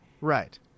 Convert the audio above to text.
Right